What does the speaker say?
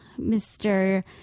Mr